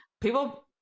people